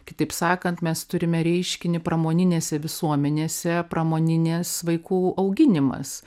kitaip sakant mes turime reiškinį pramoninėse visuomenėse pramoninis vaikų auginimas